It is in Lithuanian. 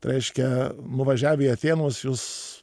tai reiškia nuvažiavę į atėnus jūs